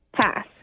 Pass